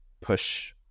push